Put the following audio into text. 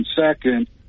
Second